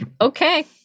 Okay